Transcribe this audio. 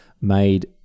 made